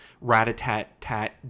rat-a-tat-tat